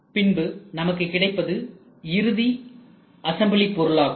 பின்பு நமக்கு கிடைப்பது இறுதி அசம்பிளி பொருளாகும்